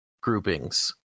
groupings